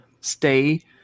Stay